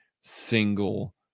single